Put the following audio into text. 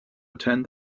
attend